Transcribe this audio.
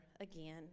again